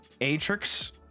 Atrix